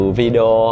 video